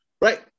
Right